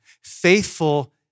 faithful